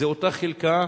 זו אותה חלקה,